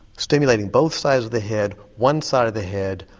stimulating both sides of the head, one side of the head,